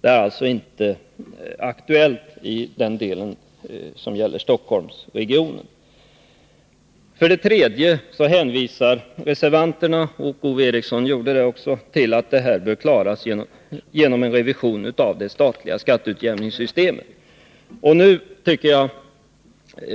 Det är alltså inte aktuellt i den del som gäller Stockholmsregionen. För det tredje hänvisar reservanterna, och det gjorde också Ove Eriksson, till att de speciella problemen inom Stockholms län bör klaras genom en revision av det statliga skatteutjämningssystemet. Nu tycker jag